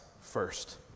first